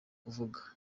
kuvuga